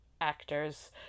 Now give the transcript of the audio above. actors